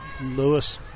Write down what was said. Lewis